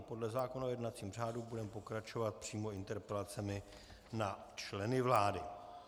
Podle zákona o jednacím řádu budeme pokračovat přímo interpelacemi na členy vlády.